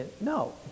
No